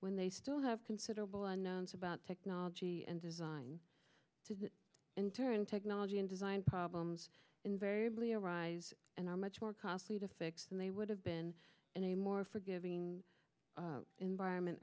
when they still have considerable unknowns about technology and design to in turn technology and design problems invariably arise and are much more costly to fix than they would have been in a more forgiving environment